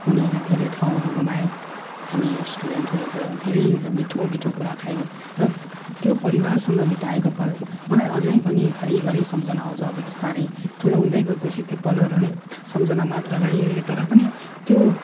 उनीहरूले धेरै ठाउँहरू घुमाए हामी रेस्टुरेन्टहरू गयौँ धेरै मिठो मिठो कुरा खायौँ र त्यो परिवारसँग बिताएको पल मलाई अझै पनि घरिघरि सम्झना आउँछ अब बिस्तारै ठुलो हुँदै गएपछि त्यो पलहरू नै सम्झना मात्र रहिरहे तर पनि त्यो